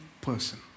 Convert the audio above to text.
person